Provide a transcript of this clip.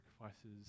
sacrifices